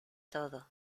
todo